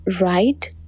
right